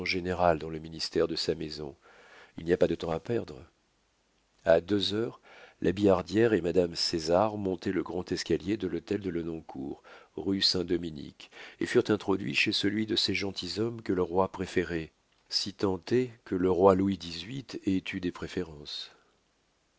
dans le ministère de sa maison il n'y a pas de temps à perdre a deux heures la billardière et madame césar montaient le grand escalier de l'hôtel de lenoncourt rue saint-dominique et furent introduits chez celui de ses gentilshommes que le roi préférait si tant est que le roi louis xviii ait eu des préférences